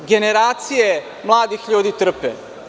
Generacije mladih ljudi trpe.